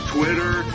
Twitter